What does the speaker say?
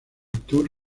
tour